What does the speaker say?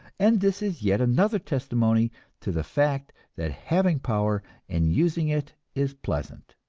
and this is yet another testimony to the fact that having power and using it is pleasant.